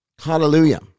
Hallelujah